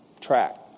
track